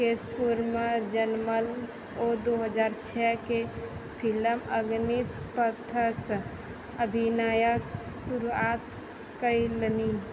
केशपुरमे जनमल ओ दू हजार छै कि फिल्म अग्निशपथसँ अभिनयक शुरुआत कयलनि